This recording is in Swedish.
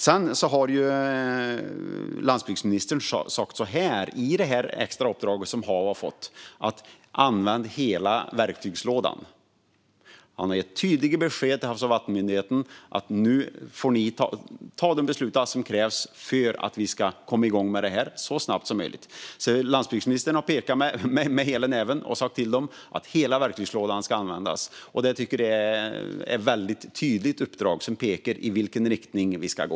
Sedan har landsbygdsministern sagt så här när det gäller det extra uppdrag som HaV har fått: Använd hela verktygslådan! Han har gett tydliga besked till Havs och vattenmyndigheten: Nu får ni ta de beslut som krävs för att vi ska komma igång med detta så snabbt som möjligt. Landsbygdsministern har pekat med hela näven och sagt till dem att hela verktygslådan ska användas. Jag tycker att det är ett väldigt tydligt uppdrag som pekar på i vilken riktning vi ska gå.